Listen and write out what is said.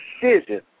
decision